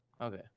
Okay